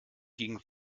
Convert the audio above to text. gegen